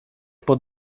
pod